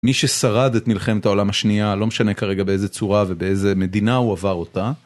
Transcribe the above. מי ששרד את מלחמת העולם השנייה לא משנה כרגע באיזה צורה ובאיזה מדינה הוא עבר אותה.